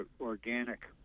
organic